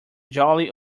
jolly